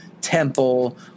Temple